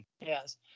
Yes